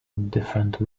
different